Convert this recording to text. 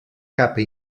capa